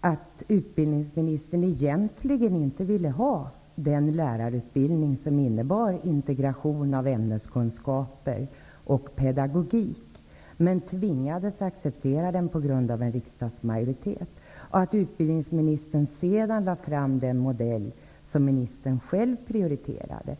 att utbildningsministern egentligen inte ville ha den lärarutbildning som innebar en integration av ämneskunskaper och pedagogik, men tvingades att acceptera den på grund av att det fanns en riksdagsmajoritet? Utbidningsministern lade sedan fram den modell ministern själv prioriterade.